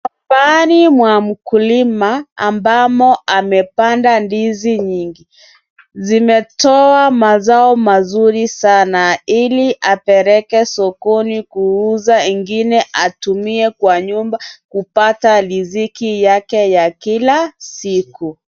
Pahali pa mkulima ambamo amepanda ndizi nyingi ,zimetoa mazao mazuri sana ili apeleke sokoni kuuza ingine atumie kwa nyumba kupata riziki ya kila siku.